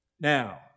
Now